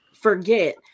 forget